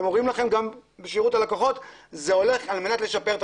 הם אומרים לכם בשירות הלקוחות שזה הולך על מנת לשפר.